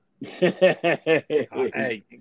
Hey